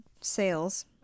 sales